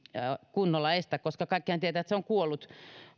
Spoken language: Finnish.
kunnolla estä koska kaikkihan tietävät että se on kuollut